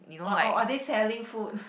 oh are are they selling food